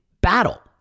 battle